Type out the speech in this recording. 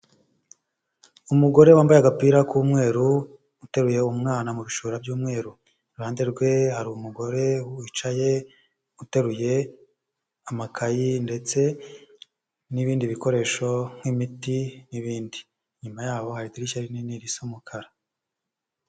Umugore wambaye agapira k'umweru, uteruye umwana mu bishura by'umweru, iruhande rwe hari umugore wicaye uteruye amakayi ndetse n'ibindi bikoresho nk'imiti n'ibindi, inyuma yaho hari idirishya rinini risa umukara.